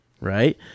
right